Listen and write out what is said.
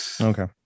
Okay